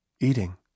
eating